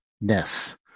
ness